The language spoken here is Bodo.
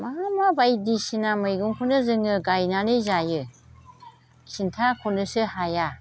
मा मा बायदिसिना मैगंखौनो जोङो गायनानै जायो खिन्थाख'नोसो हाया